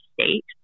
state